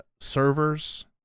servers